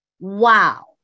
Wow